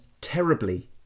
terribly